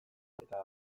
gaztaina